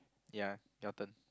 ya your turn